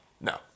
no